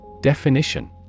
Definition